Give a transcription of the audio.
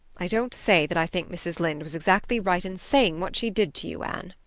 i don't say that i think mrs. lynde was exactly right in saying what she did to you, anne,